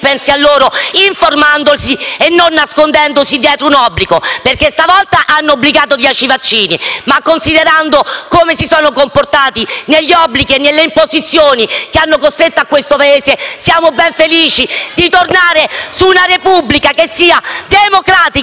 pensi a loro informandosi e non nascondendosi dietro un obbligo. Stavolta hanno reso obbligatori 10 vaccini ma, considerando come si sono comportati e gli obblighi e le imposizioni cui hanno costretto questo Paese, siamo ben felici di tornare a una Repubblica che sia democratica